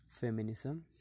feminism